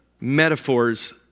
metaphors